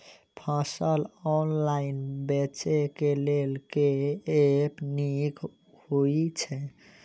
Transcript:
फसल ऑनलाइन बेचै केँ लेल केँ ऐप नीक होइ छै?